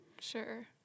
Sure